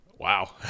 wow